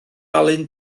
alun